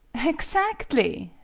exactly,